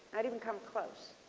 not even come close.